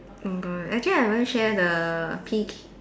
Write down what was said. oh god actually I haven't share the peak